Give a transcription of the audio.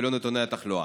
ולא נתוני התחלואה.